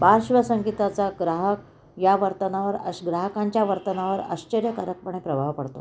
पार्श्व संगीताचा ग्राहक या वर्तनावर अशा ग्राहकांच्या वर्तनावर आश्चर्यकारकपणे प्रभाव पडतो